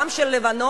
גם של לבנון,